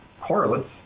correlates